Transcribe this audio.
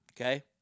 Okay